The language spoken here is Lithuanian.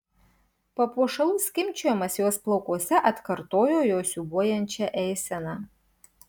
papuošalų skimbčiojimas jos plaukuose atkartojo jos siūbuojančią eiseną